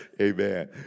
Amen